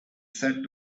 said